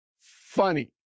funny